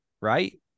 Right